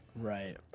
Right